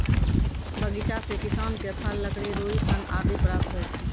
बगीचा सें किसान क फल, लकड़ी, रुई, सन आदि प्राप्त होय छै